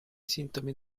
sintomi